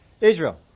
Israel